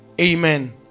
Amen